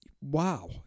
wow